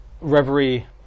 Reverie